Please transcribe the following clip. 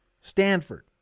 Stanford